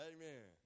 Amen